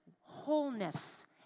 wholeness